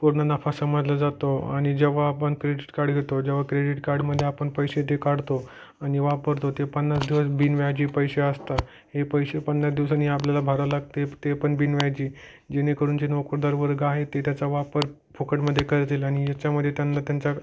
पूर्ण नफा समजला जातो आणि जेव्हा आपण क्रेडिट कार्ड घेतो जेव्हा क्रेडिट कार्डमध्ये आपण पैसे ते काढतो आणि वापरतो ते पन्नास दिवस बिनव्याजी पैसे असतात हे पैसे पन्नास दिवसांनी आपल्याला भरावं लागते ते पण बिन व्याजी जेणेकरून जे नोकरदार वर्ग आहे ते त्याचा वापर फुकटमध्ये करतील आणि याच्यामध्ये त्यांना त्यांचा